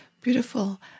Beautiful